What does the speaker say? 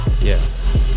Yes